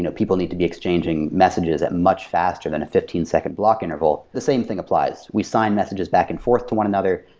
people need to be exchanging messages at much faster than a fifteen second block interval. the same thing applies. we sign messages back and forth to one another.